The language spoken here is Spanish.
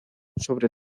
sobre